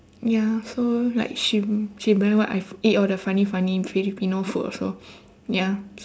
ya so like she she buy what I eat all the funny funny filipino food also ya